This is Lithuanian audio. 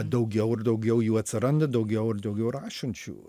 daugiau ir daugiau jų atsiranda daugiau ir daugiau rašančių